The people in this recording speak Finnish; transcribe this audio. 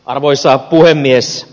arvoisa puhemies